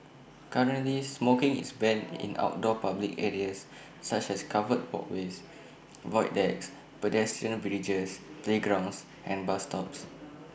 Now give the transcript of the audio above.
currently smoking is banned in outdoor public areas such as covered walkways void decks pedestrian bridges playgrounds and bus stops